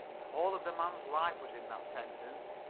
the whole of the man's life was in that sentence.